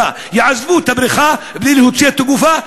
יעזבו את הבריכה בלי להוציא את הגופה?